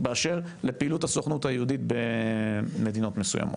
באשר לפעילות הסוכנות היהודית במדינות מסוימות.